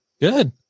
Good